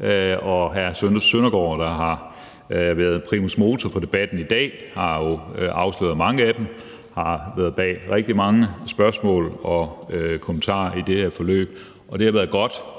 af, og hr. Søren Søndergaard, der har været primus motor i debatten i dag, har jo afsløret mange af dem og har stået bag rigtig mange spørgsmål og kommentarer i det her forløb. Det har været godt,